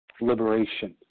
liberation